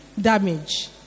damage